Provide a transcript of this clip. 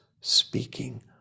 speaking